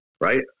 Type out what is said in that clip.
right